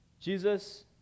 Jesus